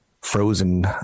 frozen